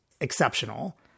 exceptional